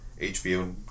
HBO